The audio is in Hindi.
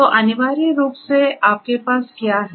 तो अनिवार्य रूप से आपके पास क्या है